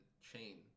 chain